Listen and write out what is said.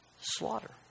Slaughter